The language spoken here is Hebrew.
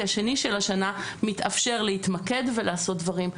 השנה של השנה מתאפשר להתמקד ולעשות דברים.